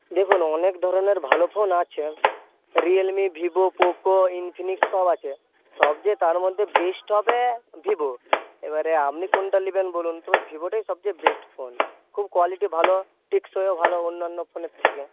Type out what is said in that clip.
দেখুন অনেক ধরনের ভালো ফোন আছে রিয়েলমি ভিভো পোকো ইনফিনিক্স সব আছে সবচেয়ে তার মধ্যে বেস্ট হবে ভিভো এবারে আপনি কোনটা নেবেন বলুন তো ভিভোটাই সবচেয়ে বেস্ট ফোন খুব কোয়ালিটি ভালো টেকসইও ভালো অন্যান্য ফোনের থেকে